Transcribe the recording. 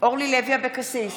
אורלי לוי אבקסיס,